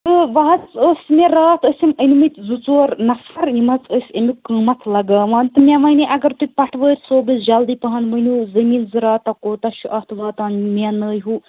وۄنۍ حٲز ٲسۍ مےٚ راتھ ٲسم أنمٕتۍ زٕ ژور نَفر یِم حٲز ٲسۍ امیُک قۭمتھ لگاوان تہٕ مےٚ وَنے اگر تُہۍ پَٹھوٲر صٲبس جلدی پَہن ؤنِو زمیٖن زِراتُک کوٗتاہ چھُ اتھ واتان میٚننٲہِِوۍ